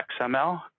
XML